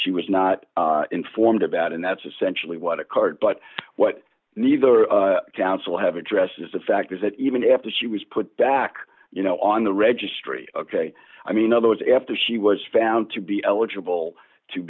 she was not informed about and that's essentially what occurred but what neither counsel have addressed is the fact is that even after she was put back you know on the registry ok i mean otherwise after she was found to be eligible to